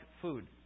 food